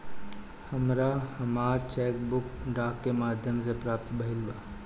हमरा हमर cheque book डाक के माध्यम से प्राप्त भईल बा